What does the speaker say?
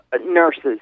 nurses